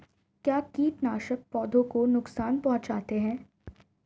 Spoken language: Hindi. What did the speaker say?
क्या कीटनाशक पौधों को नुकसान पहुँचाते हैं?